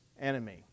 enemy